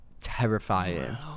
terrifying